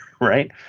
right